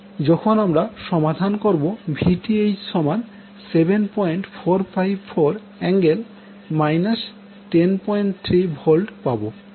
যখন আমরা সমাধান করবো Vth সমান 7454 ∠ 103 V পাবো